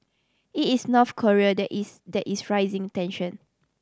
it is North Korea that is that is raising tension